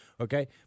okay